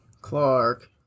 Clark